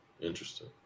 Interesting